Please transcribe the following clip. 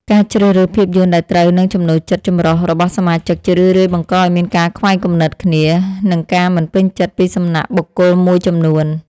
ការជ្រើសរើសភាពយន្តដែលត្រូវនឹងចំណូលចិត្តចម្រុះរបស់សមាជិក ជារឿយៗបង្កឱ្យមានការខ្វែងគំនិតគ្នា និងការមិនពេញចិត្តពីសំណាក់បុគ្គលមួយចំនួន។